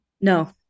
No